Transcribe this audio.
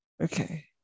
Okay